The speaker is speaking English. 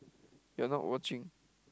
you are not watching